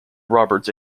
roberts